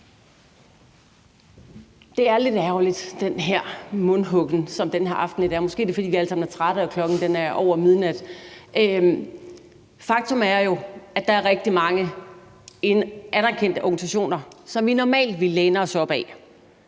Det er lidt ærgerligt med den her mundhuggen, som der er lidt i aften. Måske er det, fordi vi alle sammen er trætte og klokken er over midnat. Faktum er jo, at der er rigtig mange anerkendte organisationer, som vi normalt ville læne os op ad,